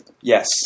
Yes